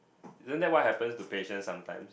isn't that what happens to patients sometimes